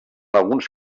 alguns